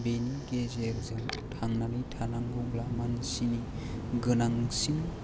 बिनि गेजेरजों थांनानै थानांगौब्ला मानसिनि गोनांसिन